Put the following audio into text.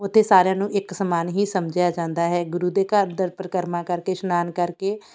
ਉੱਥੇ ਸਾਰਿਆਂ ਨੂੰ ਇੱਕ ਸਮਾਨ ਹੀ ਸਮਝਿਆ ਜਾਂਦਾ ਹੈ ਗੁਰੂ ਦੇ ਘਰ ਦਰ ਪਰਕਰਮਾ ਕਰਕੇ ਇਸ਼ਨਾਨ ਕਰਕੇ